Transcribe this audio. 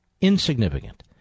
Insignificant